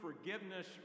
forgiveness